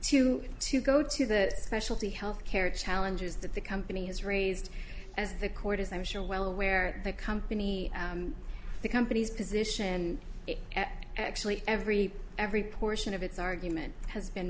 to to go to that specialty health care challenges that the company has raised as the court is i'm sure well aware the company the company's position at actually every every portion of its argument has been